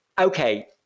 okay